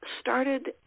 started